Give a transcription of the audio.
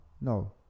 no